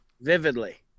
Vividly